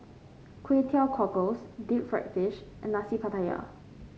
Kway Teow Cockles Deep Fried Fish and Nasi Pattaya